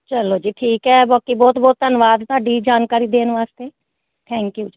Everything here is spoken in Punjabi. ਚਲੋ ਜੀ ਠੀਕ ਹੈ ਬਾਕੀ ਬਹੁਤ ਬਹੁਤ ਧੰਨਵਾਦ ਤੁਹਾਡੀ ਜਾਣਕਾਰੀ ਦੇਣ ਵਾਸਤੇ ਥੈਂਕ ਯੂ ਜੀ